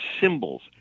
symbols